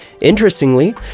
Interestingly